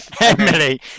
Emily